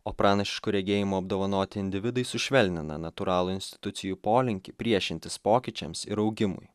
o pranašišku regėjimu apdovanoti individai sušvelnina natūralų institucijų polinkį priešintis pokyčiams ir augimui